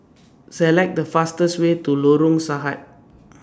Select The fastest Way to Lorong Sahad